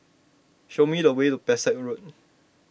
show me the way to Pesek Road